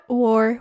war